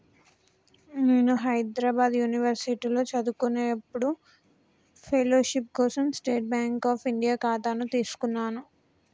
నేను హైద్రాబాద్ యునివర్సిటీలో చదువుకునేప్పుడు ఫెలోషిప్ కోసం స్టేట్ బాంక్ అఫ్ ఇండియా ఖాతాను తీసుకున్నాను